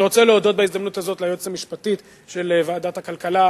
אני רוצה להודות בהזדמנות הזאת ליועצת המשפטית של ועדת הכלכלה,